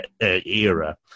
era